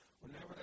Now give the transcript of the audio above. Whenever